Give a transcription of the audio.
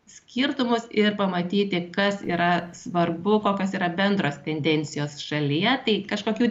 skirtumus ir pamatyti kas yra svarbu kokios yra bendros tendencijos šalyje tai kažkokių